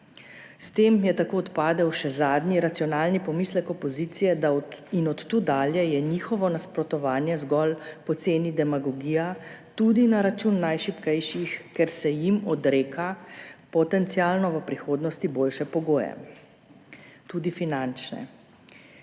S tem je tako odpadel še zadnji racionalni pomislek opozicije in od tu dalje je njihovo nasprotovanje zgolj poceni demagogija, tudi na račun najšibkejših, ker se jim odreka potencialno v prihodnosti boljše pogoje, tudi finančne.